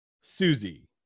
Susie